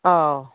ꯑꯥꯎ